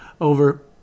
over